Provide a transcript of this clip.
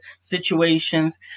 situations